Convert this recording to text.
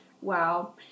Wow